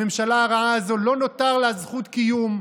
לממשלה הרעה הזו לא נותרה זכות קיום,